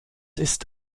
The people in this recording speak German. ist